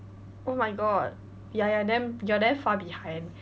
oh my god ya you're damn you are damn far behind